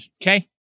Okay